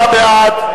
29 בעד,